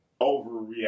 overreact